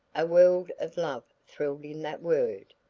a world of love thrilled in that word.